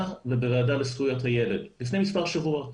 ובוועדה לזכויות הילד לפני מספר שבועות